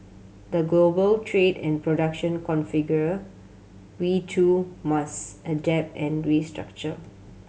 the global trade and production configure we too must adapt and restructure